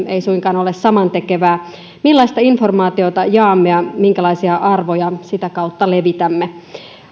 ei suinkaan ole samantekevää millaista informaatiota jaamme ja minkälaisia arvoja sitä kautta levitämme